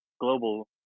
global